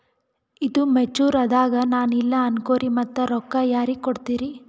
ಈದು ಮೆಚುರ್ ಅದಾಗ ನಾ ಇಲ್ಲ ಅನಕೊರಿ ಮತ್ತ ರೊಕ್ಕ ಯಾರಿಗ ಕೊಡತಿರಿ?